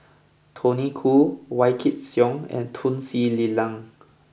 Tony Khoo Wykidd Song and Tun Sri Lanang